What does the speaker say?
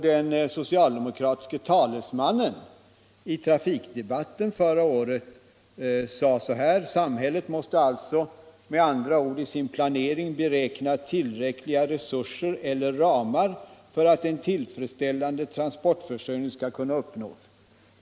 Den socialdemokratiska talesmannen i trafikdebatten förra året sade så här: ”Samhället måste alltså med andra ord i sin planering beräkna tillräckliga resurser eller ramar för att en tillfredsställande transportförsörjning skall kunna uppnås.